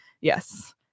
Yes